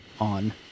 on